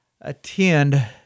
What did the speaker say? attend